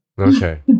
Okay